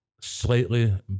slightly